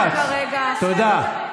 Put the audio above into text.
יכולת להיות אורחת של כבוד על הכורסאות האלה.